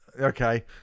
okay